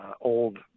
old